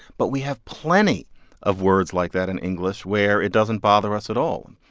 but we have plenty of words like that in english where it doesn't bother us at all.